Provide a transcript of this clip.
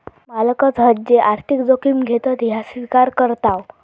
मालकच हत जे आर्थिक जोखिम घेतत ह्या स्विकार करताव